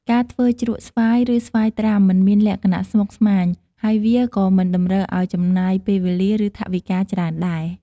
ការធ្វើជ្រក់ស្វាយ ឬស្វាយត្រាំមិនមានលក្ខណៈស្មុគស្មាញ ហើយវាក៏មិនតម្រូវឱ្យចំណាយពេលវេលា ឬ ថវិកាច្រើនដែរ។